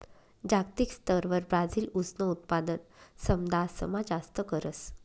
जागतिक स्तरवर ब्राजील ऊसनं उत्पादन समदासमा जास्त करस